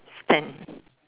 stand